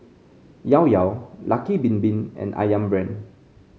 Llao Llao Lucky Bin Bin and ayam Brand